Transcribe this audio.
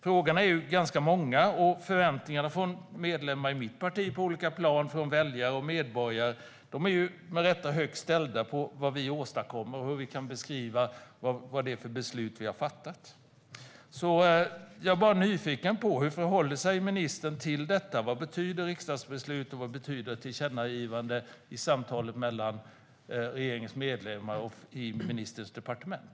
Frågorna är ganska många, och förväntningarna från medlemmar i mitt parti på olika plan och från väljare och medborgare är med rätta höga när det gäller vad vi åstadkommer och hur vi kan beskriva vad det är för beslut vi har fattat. Jag är nyfiken på hur ministern förhåller sig till detta. Vad betyder ett riksdagsbeslut och vad innebär ett tillkännagivande i samtalet mellan regeringens medlemmar och på ministerns departement?